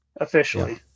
Officially